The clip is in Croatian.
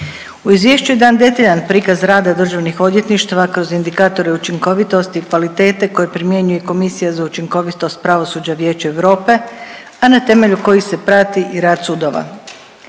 U izvješću je dan detaljan prikaz rada državnih odvjetništava kroz indikatore učinkovitosti, kvalitete koje primjenjuje i Komisija za učinkovitost pravosuđa Vijeća Europe, a na temelju kojih se prati i rad sudova.